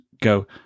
go